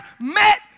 met